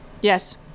Yes